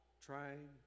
trying